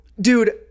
dude